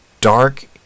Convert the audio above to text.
dark